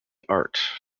art